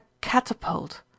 catapult